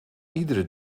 iedere